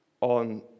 on